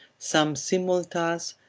some simultas,